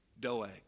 Doeg